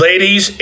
Ladies